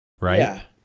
right